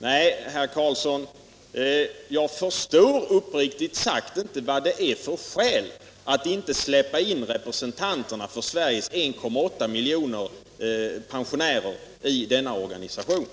Nej, herr Karlsson, jag förstår uppriktigt sagt inte vad det finns för orsak att inte släppa in representanterna för Sveriges 1,8 miljoner pensionärer i denna nämnd.